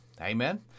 Amen